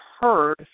heard